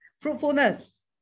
Fruitfulness